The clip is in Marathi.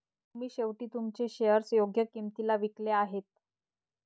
तुम्ही शेवटी तुमचे शेअर्स योग्य किंमतीला विकले आहेत